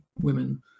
women